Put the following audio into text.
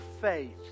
faith